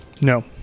No